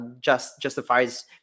justifies